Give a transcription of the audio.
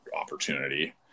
opportunity